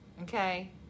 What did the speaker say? okay